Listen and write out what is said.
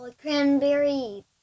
Cranberry